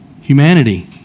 humanity